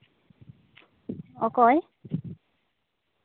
ᱚᱠᱚᱭ